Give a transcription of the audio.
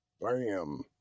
Bam